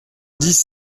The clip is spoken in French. dix